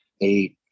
eight